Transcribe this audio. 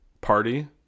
party